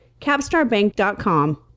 capstarbank.com